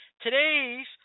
Today's